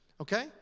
Okay